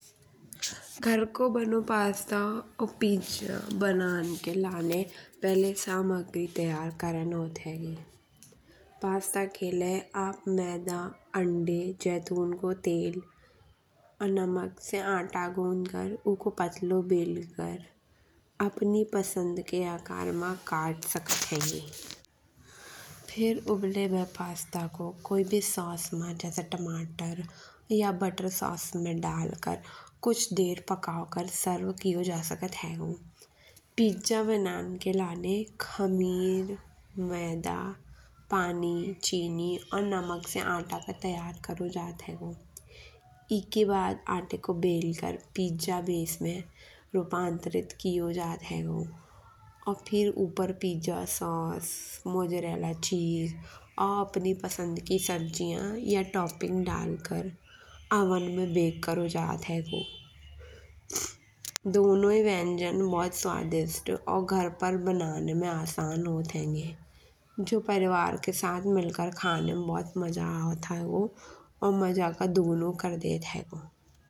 घर को बानो पास्ता और पिज्जा बनान के लाने पहिले सामग्री तैयार करन होत हेगी। पास्ते के लाये आप मैदा अंडे जैतून को तेल और नमक से आटा गूंथ कर, पतलो बेल कर, अपनी पसंद की आकार मा काट सकत हेन्गे। फिर उबले भाय पास्ता को कोई भी सॉस मा जैसे टमाटर या बटर सॉस मे डाल कर, कुछ देर पकाओ कर सर्व कियो जा सकत हेगो। पिज्जा बनान के लाने खमीर मैदा पानी चीनी और नमक से आटा को तैयार करो जात हेगो। एके बाद आटे को बेलकर पिज्जा बेस माऍं रूपांतरित कियो जात हेगो। और फिर ऊपर पिज्जा सॉस मोज़ेरिला चीज़ और अपनी पसंद की सब्जियाँ या टॉपिंग डाल कर ओवन मा बेक करो जात हेगो। दोनों व्यंजन भोत स्वादिष्ट और घर पर बनन मा आसान होत हेन्गे। जो परिवार के साथ खाने में भोत मज़ा अवत हेगो। और मज़ा का दुगनो कर देत हेगो।